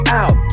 out